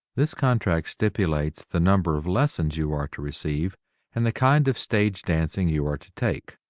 this contract stipulates the number of lessons you are to receive and the kind of stage dancing you are to take.